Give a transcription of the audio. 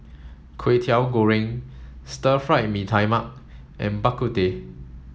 Kway Teow Goreng Stir Fry Mee Tai Mak and Bak Kut Teh